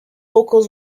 locals